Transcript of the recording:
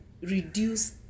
reduce